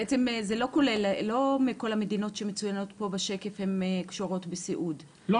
בעצם לא כל המדינות שמצוינות פה בשקף הן קשורות בסיעוד נכון?